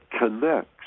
connects